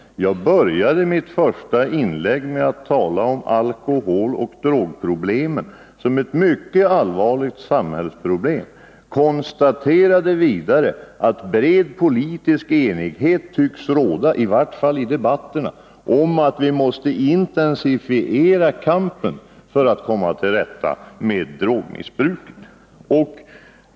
Jag började mitt första inlägg med att tala om alkoholoch drogproblemet som ett mycket allvarligt samhällsproblem och konstaterade vidare att bred politisk enighet tycks råda, i vart fall i debatterna, om att vi måste intensifiera kampen för att komma till rätta med drogmissbruket.